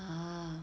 ah